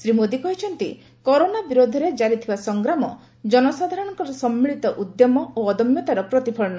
ଶ୍ରୀ ମୋଦୀ କହିଛନ୍ତି କରୋନା ବିରୋଧରେ ଜାରି ଥିବା ସଂଗ୍ରାମ ଜନସାଧାରଣଙ୍କର ସମ୍ମିଳିତ ଉଦ୍ୟମ ଓ ଅଦମ୍ୟତାର ପ୍ରତିଫଳନ